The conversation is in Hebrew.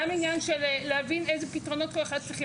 גם עניין של להבין איזה פתרונות כח צריכים,